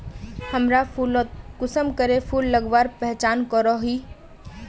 हमरा फसलोत कुंसम करे फूल लगवार पहचान करो ही?